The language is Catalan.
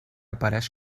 apareix